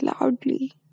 loudly